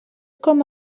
com